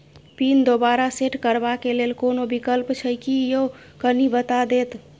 Pin दोबारा set करबा के लेल कोनो विकल्प छै की यो कनी बता देत?